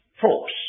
force